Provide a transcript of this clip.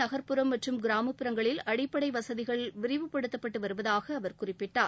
நகர்புறம் மற்றும் கிராமப்புறங்களில் அடிப்படை வசதிகளை விரிவுபடுத்தி வருவதாக அவர் குறிப்பிட்டார்